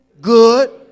good